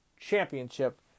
championship